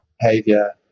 behavior